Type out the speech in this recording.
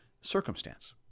circumstance